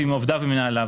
ועם עובדיו ומנהליו.